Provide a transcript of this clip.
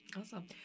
Awesome